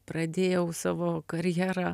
pradėjau savo karjerą